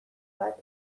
bat